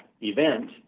event